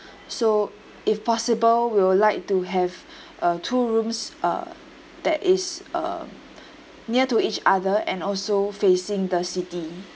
so if possible we would like to have uh two rooms uh that is uh near to each other and also facing the city